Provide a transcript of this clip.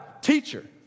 teacher